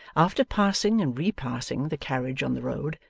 after passing and repassing the carriage on the road,